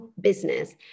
business